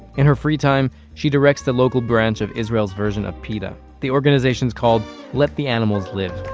in her free time, she directs the local branch of israel's version of peta. the organization's called let the animals live.